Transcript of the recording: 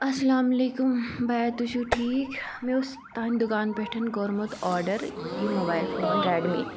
اَسَلامُ علیکُم بَیا تُہۍ چھُو ٹھیٖک مےٚ اوس تُہٕنٛدِ دُکان پٮ۪ٹھ کوٚرمُت آرڈَر یہِ موبایِل فون ریٚڈ می